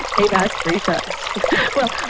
dave asprey shot. well,